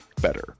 better